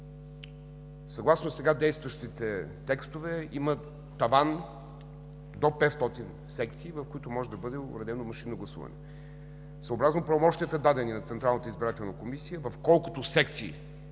съгласно сега действащите текстове, има таван до 500 секции, в които може да бъде обявено машинно гласуване. Съобразно правомощията, дадени на Централната